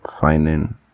finding